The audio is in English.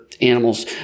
animals